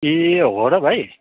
ए हो र भाइ